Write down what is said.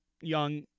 young